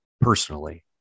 personally